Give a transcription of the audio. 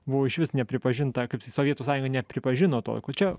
buvo išvis nepripažinta kaip sovietų sąjunga nepripažino tokio čia